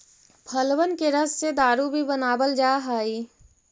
फलबन के रस से दारू भी बनाबल जा हई